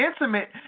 intimate